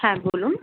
হ্যাঁ বলুন